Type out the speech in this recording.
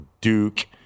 Duke